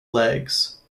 legs